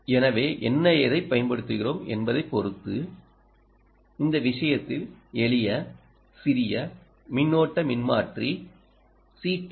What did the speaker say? எனவே என்ன எதைப் பயன்படுத்துகிறோம் என்பதைப் பொறுத்து இந்த விஷயத்தில் எளிய சிறிய மின்னோட்ட மின்மாற்றி c